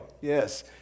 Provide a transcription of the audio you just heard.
Yes